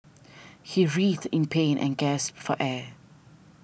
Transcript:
he writhed in pain and gasped for air